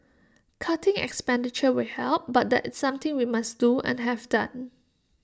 cutting expenditure will help but that's something we must do and have done